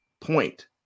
point